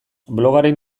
blogaren